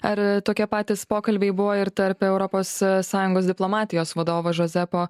ar tokie patys pokalbiai buvo ir tarp europos sąjungos diplomatijos vadovo žozepo